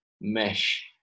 mesh